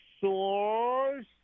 source